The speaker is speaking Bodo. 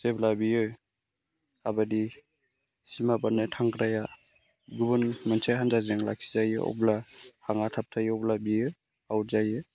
जेब्ला बियो काबाडि सिमा बारना थांग्राया गुबुन मोनसे हानजाजों लाखिजायो अब्ला हांआ थाबथायो अब्ला बियो आउट जायो